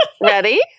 Ready